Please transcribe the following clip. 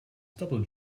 double